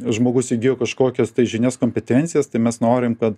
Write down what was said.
žmogus įgijo kažkokias žinias kompetencijas tai mes norim kad